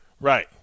Right